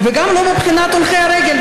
וגם לא מבחינת הולכי הרגל,